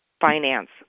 finance